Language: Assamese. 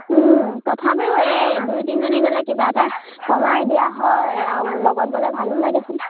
তথাপিও এই দুই তিনিজনী গ'লে কিবা এটা কমাই দিয়া হয় আৰু লগত গ'লে ভালো লাগেচোন